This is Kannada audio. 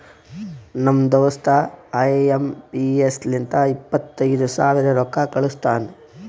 ನಮ್ ದೋಸ್ತ ಐ ಎಂ ಪಿ ಎಸ್ ಲಿಂತ ಇಪ್ಪತೈದು ಸಾವಿರ ರೊಕ್ಕಾ ಕಳುಸ್ತಾನ್